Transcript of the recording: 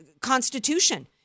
Constitution